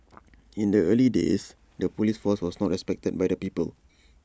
in the early days the Police force was not respected by the people